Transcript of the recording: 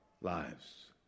lives